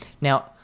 Now